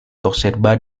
toserba